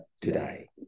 today